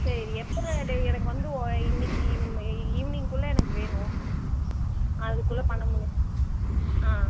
சரி எப்போ டெ எனக்கு வந்து ஒ இன்றைக்கி ஈவினிங்குள்ளே எனக்கு வேணும் அதுக்குள்ளே பண்ண முடியுமா